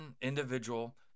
individual